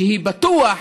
שהיא בטוח